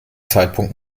zeitpunkt